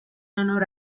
honor